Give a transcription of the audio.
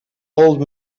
old